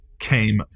came